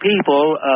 people